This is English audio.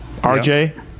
RJ